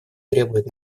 требует